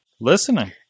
Listening